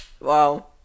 Wow